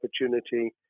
opportunity